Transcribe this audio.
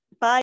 Bye